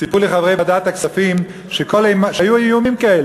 סיפרו לי חברי ועדת הכספים שהיו איומים כאלה.